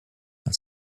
are